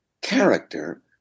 character